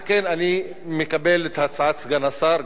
על כן אני מקבל את הצעת סגן השר,